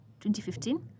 2015